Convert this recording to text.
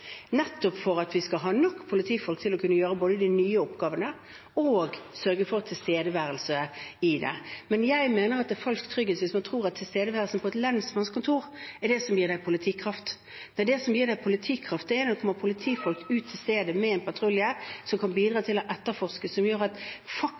nettopp for at vi skal ha nok politifolk til både å kunne gjøre de nye oppgavene og å sørge for tilstedeværelse. Men jeg mener at det er falsk trygghet hvis man tror at tilstedeværelsen på et lensmannskontor er det som gir politikraft. Det som gir politikraft, er når det kommer politifolk ut til stedet med en patrulje som kan bidra